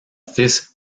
fils